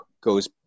goes